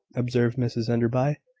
observed mrs enderby,